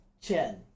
Chen